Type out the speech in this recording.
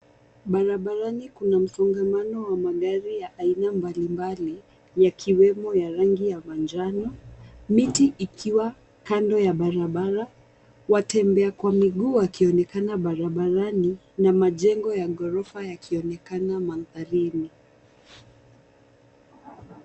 Barabarani kuna msongamano wa magari ya aina mbalimbali yakiwemo ya rangi ya manjano, miti ikiwa kando ya barabara, watembea kwa miguu wakionekana barabarani na majengo ya ghorofa yakionekana mandharini.